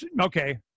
okay